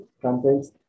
contains